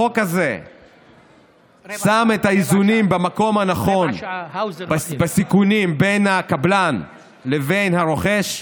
החוק הזה שם במקום הנכון את האיזונים בסיכונים בין הקבלן לבין הרוכש.